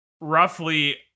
roughly